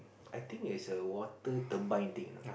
I think is a water turbine thing you know